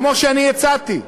כמו שאני הצעתי.